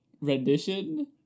rendition